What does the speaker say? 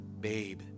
babe